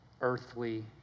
earthly